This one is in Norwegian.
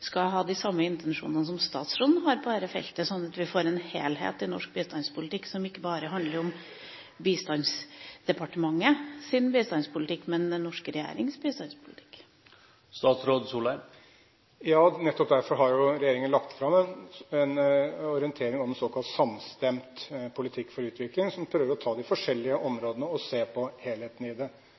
skal ha de samme intensjonene som statsråden har på dette feltet, slik at vi får en helhet i norsk bistandspolitikk som ikke bare handler om Bistandsdepartementets bistandspolitikk, men den norske regjerings bistandspolitikk. Ja, nettopp derfor har jo regjeringen lagt fram en orientering om såkalt «samstemt politikk for utvikling», som prøver å ta de forskjellige områdene og se på helheten i dem. Samtidig må vi være ærlige nok til å innrømme at det